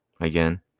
again